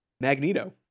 Magneto